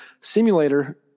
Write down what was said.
simulator